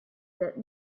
that